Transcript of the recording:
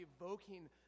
evoking